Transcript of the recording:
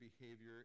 behavior